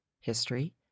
history